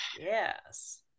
Yes